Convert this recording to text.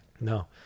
No